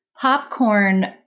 popcorn